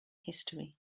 history